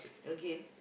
again